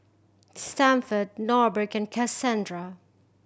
Stafford Norbert and Kasandra